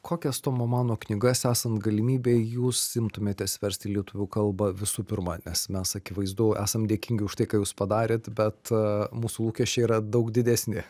kokias tomo mano knygas esant galimybei jūs imtumėtės versti į lietuvių kalbą visų pirma nes mes akivaizdu esam dėkingi už tai ką jūs padarėt bet mūsų lūkesčiai yra daug didesni